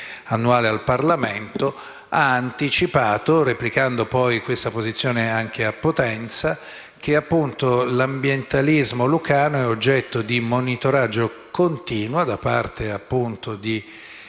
al Parlamento, ha anticipato, replicando poi questa posizione anche a Potenza, che l'ambientalismo lucano è oggetto di monitoraggio continuo da parte di